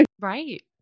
Right